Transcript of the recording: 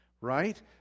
Right